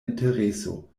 intereso